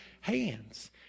hands